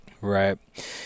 Right